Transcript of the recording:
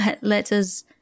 letters